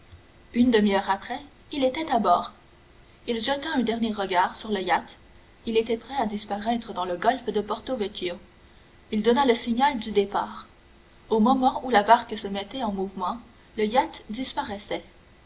une demi-heure après il était à bord il jeta un dernier regard sur le yacht il était prêt à disparaître dans le golfe de porto vecchio il donna le signal du départ au moment où la barque se mettait en mouvement le yacht disparaissait